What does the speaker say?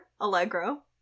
Allegro